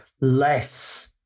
less